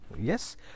yes